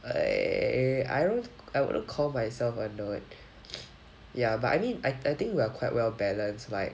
I eh I don't I wouldn't call myself a nerd ya but I mean I think we are quite well balanced like